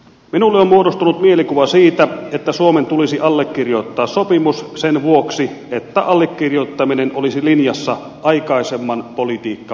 minulle on muodostunut mielikuva siitä että suomen tulisi allekirjoittaa sopimus sen vuoksi että allekirjoittaminen olisi linjassa aikaisemman politiikkamme kanssa